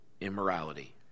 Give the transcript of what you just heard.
immorality